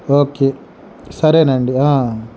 okay సరేనండి